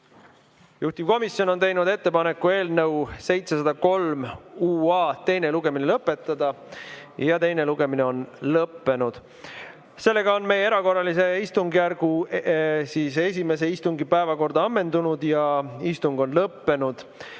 Juhtivkomisjon on teinud ettepaneku eelnõu 703 teine lugemine lõpetada ja teine lugemine on lõppenud. Seega on meie erakorralise istungjärgu esimese istungi päevakord ammendunud ja istung on lõppenud. Nüüd